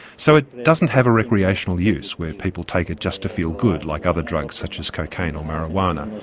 so it doesn't have a recreational use, where people take it just to feel good, like other drugs such as cocaine or marijuana.